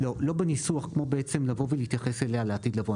לא, לא בניסוח כמו לבוא ולהתייחס אליה לעתיד לבוא.